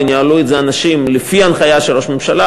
וניהלו את זה אנשים לפי הנחיה של ראש ממשלה,